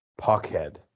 Puckhead